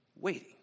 waiting